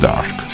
Dark